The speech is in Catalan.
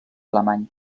alemany